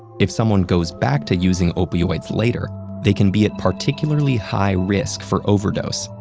if someone goes back to using opioids later, they can be at particularly high risk for overdose,